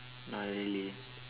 not really